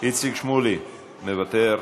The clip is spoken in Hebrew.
איציק שמולי, מוותר,